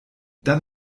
dann